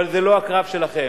אבל זה לא הקרב שלכם.